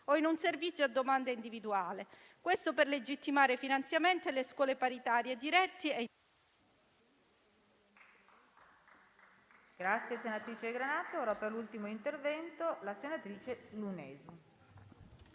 o in un servizio a domanda individuale. Questo per legittimare i finanziamenti alle scuole paritarie, diretti e...